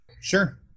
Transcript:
Sure